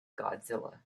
godzilla